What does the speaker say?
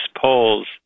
polls